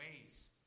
ways